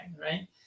right